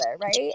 right